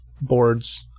boards